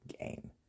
game